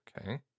okay